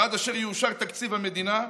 ועד אשר יאושר תקציב המדינה,